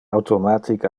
automatic